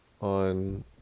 on